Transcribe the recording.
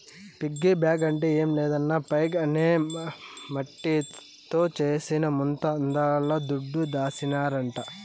piggy bank అంటే ఏం లేదన్నా పైగ్ అనే మట్టితో చేసిన ముంత అందుల దుడ్డు దాసినారంట